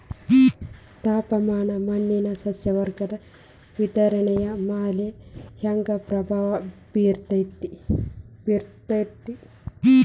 ತಾಪಮಾನ ಮಣ್ಣಿನ ಸಸ್ಯವರ್ಗದ ವಿತರಣೆಯ ಮ್ಯಾಲ ಹ್ಯಾಂಗ ಪ್ರಭಾವ ಬೇರ್ತದ್ರಿ?